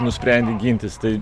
nusprendei gintis tai